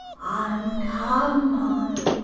on! come on.